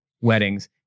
weddings